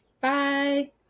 Bye